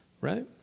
right